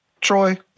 Troy